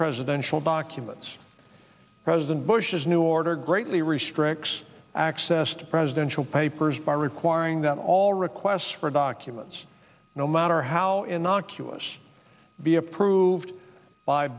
presidential documents president bush's new order greatly restricts access to presidential papers by requiring that all requests for documents no matter how innocuous be approved by